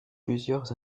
plusieurs